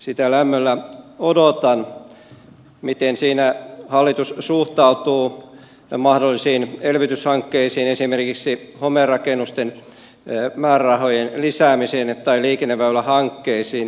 sitä lämmöllä odotan miten siinä hallitus suhtautuu mahdollisiin elvytyshankkeisiin esimerkiksi homerakennusten määrärahojen lisäämiseen tai liikenneväylähankkeisiin